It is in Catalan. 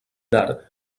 d’art